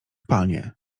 panie